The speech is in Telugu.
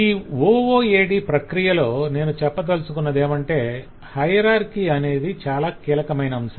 ఈ OOAD ప్రక్రియలో నేను చెప్పదలచుకోన్నదేమంటే హయరార్కి అనేది చాల కీలకమైన అంశం